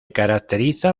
caracteriza